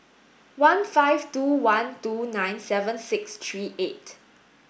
one five two one two nine seven six three eight